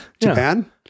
Japan